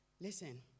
Listen